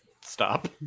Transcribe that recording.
stop